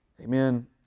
Amen